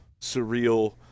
surreal